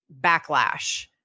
backlash